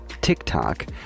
TikTok